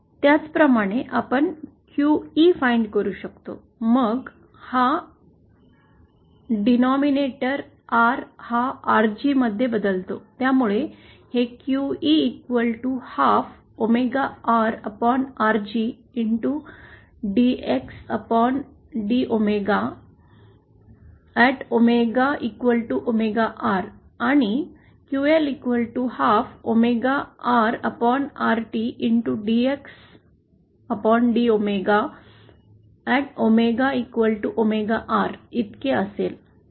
त्याचप्रमाणे आपण QE find करू शकतो मग हा डिनॉमिनेटर R हा RG मध्ये बदलतो त्यामुळे हे QE12 omega RRG DXD omega at omega omega R आणि QL12 omega RRT DXD omega at omega omega R इतके असेल